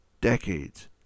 decades